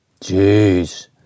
Jeez